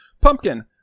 Pumpkin